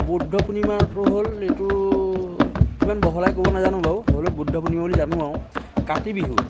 বৌদ্ধ পূৰ্ণিমাটো হ'ল এইটো সিমান বহলাই ক'ব নাজানো বাৰু হ'লেও বুদ্ধ পূৰ্ণিমা বুলি জানো আৰু কাতি বিহু